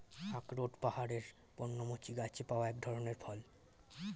আখরোট পাহাড়ের পর্ণমোচী গাছে পাওয়া এক ধরনের ফল